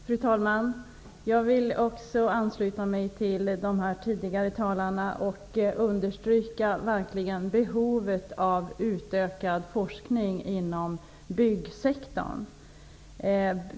Fru talman! Jag vill också ansluta mig till tidigare talare och verkligen understryka behovet av utökad forskning inom byggsektorn.